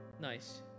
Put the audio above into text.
Nice